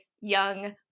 young